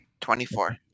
24